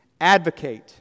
advocate